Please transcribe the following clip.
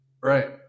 Right